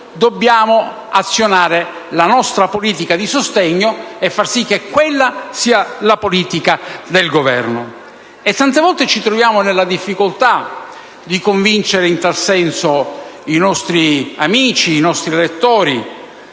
dobbiamo azionare la nostra politica di sostegno e far sì che quella sia la politica del Governo. Tante volte ci troviamo nella difficoltà di convincere in tal senso i nostri amici ed elettori